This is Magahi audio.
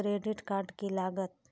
क्रेडिट कार्ड की लागत?